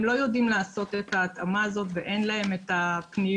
הם לא יודעים לעשות את ההתאמה הזאת ואין להם את הפניות,